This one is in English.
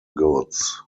goods